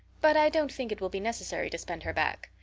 but i don't think it will be necessary to send her back.